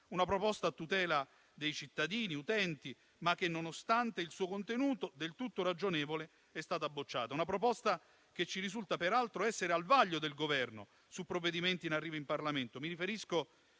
Una proposta a tutela dei cittadini utenti, ma che, nonostante il suo contenuto del tutto ragionevole, è stata bocciata; una proposta che ci risulta peraltro essere al vaglio del Governo su provvedimenti in arrivo in Parlamento.